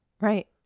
Right